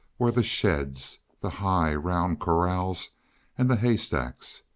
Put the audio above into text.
were the sheds, the high, round corrals and the haystacks.